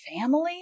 family